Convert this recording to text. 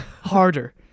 harder